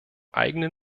eigenen